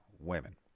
women